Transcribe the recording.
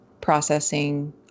processing